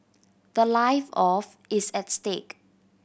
the life of is at stake